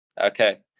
Okay